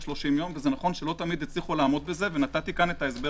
30 יום ונכון שלא תמיד הצליחו לעמוד בזה ונתתי את ההסבר